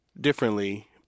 differently